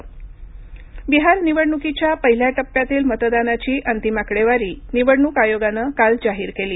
बिहार निवडणूक बिहार निवडणुकीच्या पहिल्या टप्प्यातील मतदानाची अंतिम आकडेवारी निवडणूक आयोगानं काल जाहीर केली